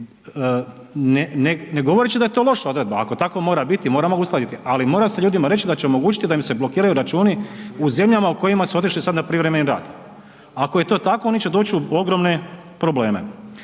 ne govoreći da je to loša odredba, ako tako mora biti moramo ga uskladiti, ali mora se ljudima reći da će omogućiti da im se blokiraju računi u zemljama u kojima su otišli sada na privremeni rad. Ako je to oni će doći u ogromne probleme.